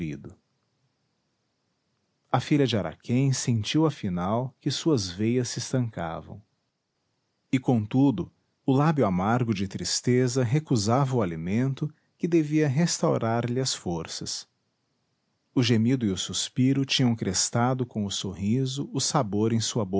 e também nutrido a filha de araquém sentiu afinal que suas veias se estancavam e contudo o lábio amargo de tristeza recusava o alimento que devia restaurar lhe as forças o gemido e o suspiro tinham crestado com o sorriso o sabor em sua